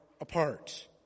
apart